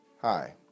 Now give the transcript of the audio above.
Hi